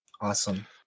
awesome